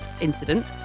incident